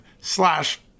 slash